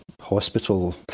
Hospital